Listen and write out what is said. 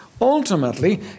ultimately